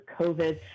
COVID